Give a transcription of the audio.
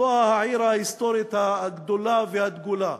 זאת העיר ההיסטורית הגדולה והדגולה.